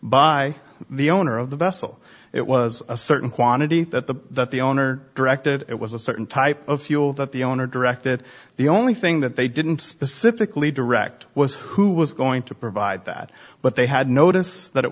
by the owner of the vessel it was a certain quantity that the the owner directed it was a certain type of fuel that the owner directed the only thing that they didn't specifically direct was who was going to provide that but they had notice that it